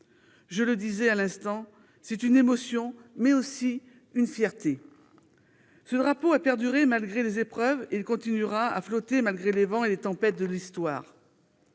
Je le disais à l'instant, c'est une émotion, mais aussi une fierté. Ce drapeau a perduré malgré les épreuves et il continuera à flotter en dépit des vents et des tempêtes de l'histoire.